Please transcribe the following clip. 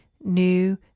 new